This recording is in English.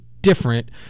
different